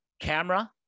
camera